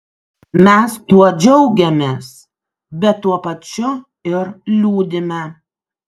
mes tuo džiaugiamės bet tuo pačiu ir liūdime